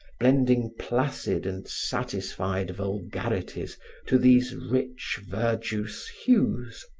blending placid and satisfied vulgarities to these rich verjuice hues.